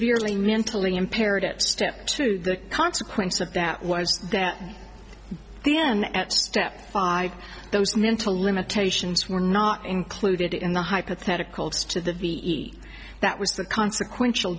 merely mentally impaired at step two the consequence of that was the end at step five those mental limitations were not included in the hypotheticals to the ve that was the consequential